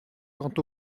quant